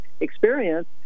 experience